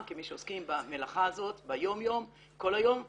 כמי שעוסקים במלאכה הזאת ביום יום כל היום,